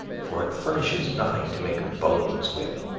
for it furnishes nothing to make bones with